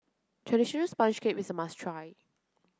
traditional sponge cake is a must try